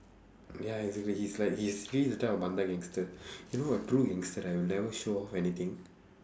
ya exactly he's like he's he's the type of gangster you know a true gangster right will never show off anything